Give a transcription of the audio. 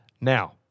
Now